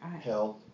health